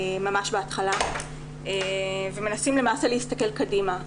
ממש בהתחלה, ומנסים למעשה להסתכל קדימה.